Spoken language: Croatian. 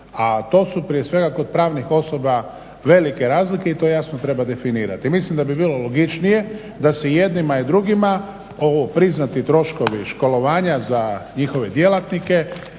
A to su prije svega kod pravnih osoba velike razlike i to jasno treba definirati. Mislim da bi bilo logičnije da se i jednima i drugima ovo priznati troškovi školovanja za njihove djelatnike